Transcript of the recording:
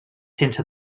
sense